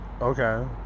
okay